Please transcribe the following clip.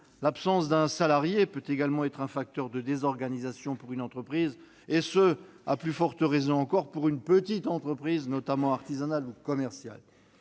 L'absence d'un salarié peut également être un facteur de désorganisation pour une entreprise, et ce à plus forte raison encore pour une petite entreprise artisanale ou commerciale.